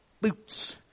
boots